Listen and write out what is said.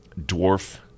dwarf